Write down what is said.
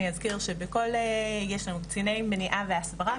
אני אזכיר שיש לנו קציני מניעה והסברה,